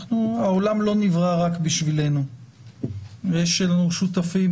העולם לא נברא רק בשבילנו, יש לנו שותפים